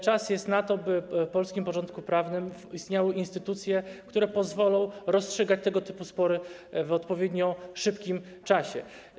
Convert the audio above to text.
Pora jest na to, by w polskim porządku prawnym istniały instytucje, które pozwolą rozstrzygać tego typu spory w odpowiednio szybkim czasie.